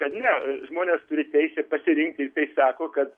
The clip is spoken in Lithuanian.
kad ne žmonės turi teisę pasirinkti ir tai sako kad